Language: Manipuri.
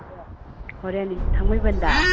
ꯍꯣꯔꯦꯟ ꯍꯣꯔꯦꯟ ꯊꯥꯡꯃꯩꯕꯟꯗꯥ